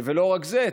ולא רק זה,